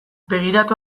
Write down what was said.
begiratu